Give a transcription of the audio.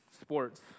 sports